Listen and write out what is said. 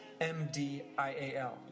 M-D-I-A-L